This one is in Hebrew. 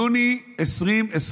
יוני 2021,